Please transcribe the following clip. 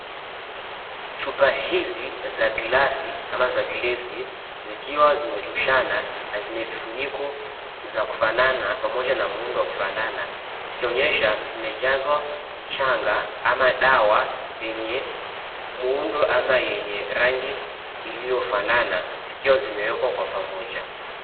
Chupa hizi za glesi zikiwa zimetoshana na zenye vifuniko za kufanana pamoja na muundo wa kufanana zikionyesha zimejazwa mchanga ama dawa yenye muundo ama yenye rangi iliyofanana zikiwa zimewekwa pamoja.